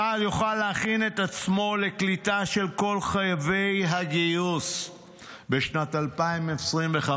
צה"ל יוכל להכין את עצמו לקליטה של כל חייבי הגיוס בשנת 2025,